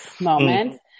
moment